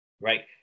Right